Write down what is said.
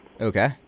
Okay